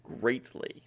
greatly